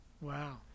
wow